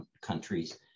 countries